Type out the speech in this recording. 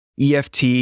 EFT